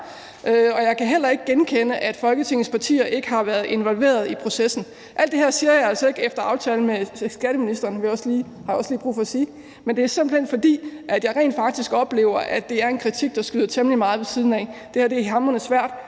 og jeg kan heller ikke genkende, at Folketingets partier ikke har været involveret i processen. Alt det her siger jeg altså ikke efter aftale med skatteministeren – det har jeg også lige brug for at sige. Jeg siger det simpelt hen, fordi jeg rent faktisk oplever, at det er en kritik, der skyder temmelig meget ved siden af. Det her er hamrende svært,